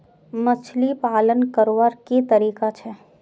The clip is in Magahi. मछली पालन करवार की तरीका छे?